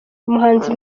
umuhanzi